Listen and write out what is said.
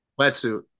Wetsuit